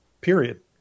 period